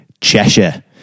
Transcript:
Cheshire